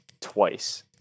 twice